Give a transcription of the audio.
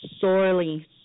sorely